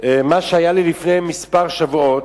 מה שהיה לי לפני כמה שבועות.